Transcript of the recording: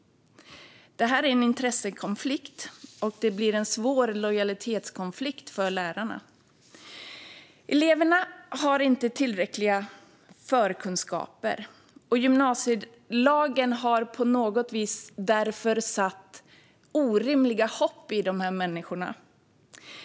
Det är en intressekonflikt, och det blir en svår lojalitetskonflikt för lärarna. Eleverna har inte tillräckliga förkunskaper, och gymnasielagen har därför gett orimligt hopp till dessa människor.